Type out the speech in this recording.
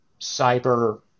cyber